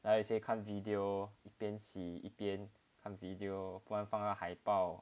看 video 一边洗一边看 video 不然放那个海报